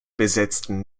besetzten